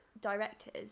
directors